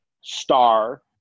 star